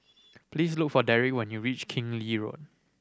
please look for Derrick when you reach Keng Lee Road